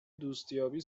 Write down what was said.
دوستیابی